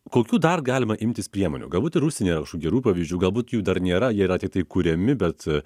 kokių dar galima imtis priemonių galbūt ir užsienyje yra kažkokių gerų pavyzdžių galbūt jų dar nėra jie yra tiktai kuriami bet